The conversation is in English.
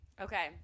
Okay